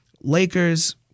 Lakers